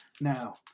Now